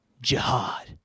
Jihad